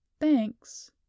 Thanks